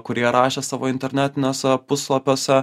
kurie rašė savo internetiniuose puslapiuose